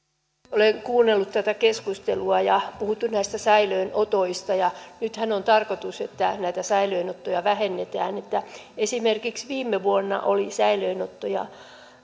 olen kuunnellut tätä keskustelua ja on puhuttu näistä säilöönotoista nythän on tarkoitus että näitä säilöönottoja vähennetään esimerkiksi viime vuonna oli säilöönottoja